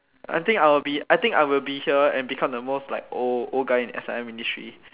I think I will be I think I will be here and become the most like old old guy in S_I_M in history